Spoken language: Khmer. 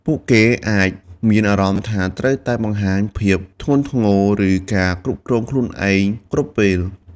ពួកគេអាចមានអារម្មណ៍ថាត្រូវតែបង្ហាញភាពធ្ងន់ធ្ងរ ឬការគ្រប់គ្រងខ្លួនឯងគ្រប់ពេល។